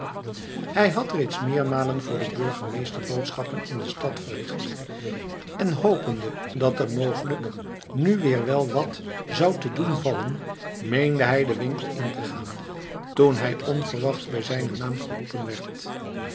hij had reeds meermalen voor den burgemeester boodschappen in de stad verricht en hopende dat er mogelijk nu weer wel wat zou te doen vallen meende hij den winkel in te gaan toen hij onverwachts bij zijnen naam geroepen werd